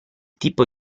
tipo